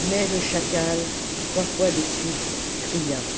mais le chacal trois fois de suite cria